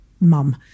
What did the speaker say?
mum